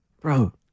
bro